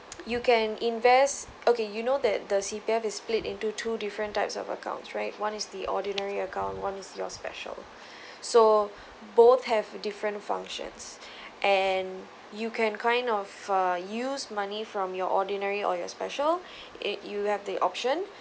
you can invest okay you know that the C_P_F is split into two different types of accounts right one is the ordinary account one is your special so both have different functions and you can kind of err use money from your ordinary or your special it you have the option